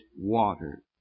water